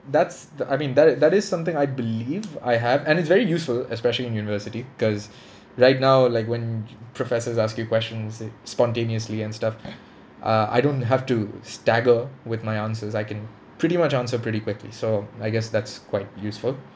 that's the I mean that is that is something I believe I have and it's very useful especially in university because right now like when professors ask you questions it spontaneously and stuff uh I don't have to stagger with my answers I can pretty much answer pretty quickly so I guess that's quite useful